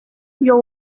your